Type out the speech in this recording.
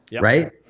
right